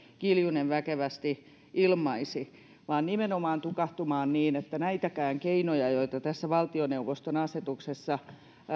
kiljunen väkevästi ilmaisi vaan nimenomaan tukahtumaan niin että näitäkään keinoja joita tässä valtioneuvoston asetuksessa